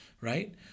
right